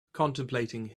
contemplating